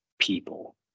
people